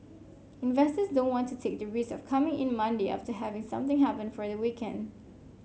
investors don't want to take the risk of coming in Monday after having something happen for the weekend